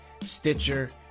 Stitcher